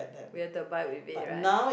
we've to abide with it right